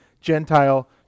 Gentile